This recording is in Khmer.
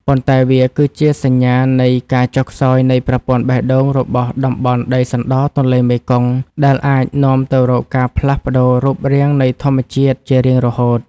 ប៉ុន្តែវាគឺជាសញ្ញានៃការចុះខ្សោយនៃប្រព័ន្ធបេះដូងរបស់តំបន់ដីសណ្ដទន្លេមេគង្គ ដែលអាចនាំទៅរកការផ្លាស់ប្តូររូបរាងនៃធម្មជាតិជារៀងរហូត។